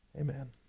Amen